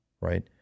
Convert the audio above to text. right